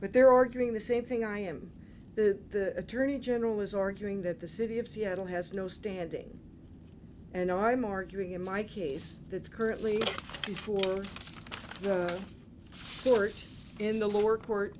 but they're arguing the same thing i am the attorney general is arguing that the city of seattle has no standing and i'm arguing in my case that's currently before the court in the lower court